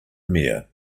mayor